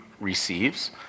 receives